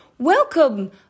Welcome